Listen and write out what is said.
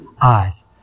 eyes